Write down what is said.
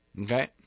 Okay